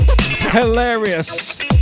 Hilarious